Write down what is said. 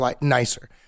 nicer